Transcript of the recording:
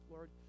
Lord